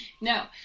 no